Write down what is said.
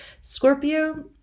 Scorpio